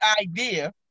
idea